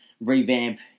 revamp